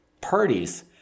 parties